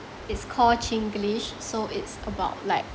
it's called chinglish so it's about like